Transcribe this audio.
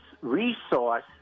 resource